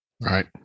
right